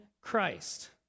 Christ